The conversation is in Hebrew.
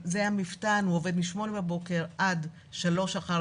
המפתן עובד מ-8:00 בבוקר עד 3:00 אחר